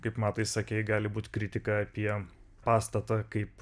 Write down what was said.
kaip matai sakei gali būt kritika apie pastatą kaip